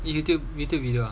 Youtube Youtube video